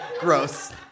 Gross